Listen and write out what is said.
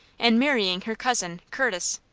and marrying her cousin, curtis.